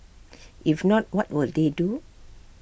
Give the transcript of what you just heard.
if not what will they do